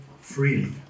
freely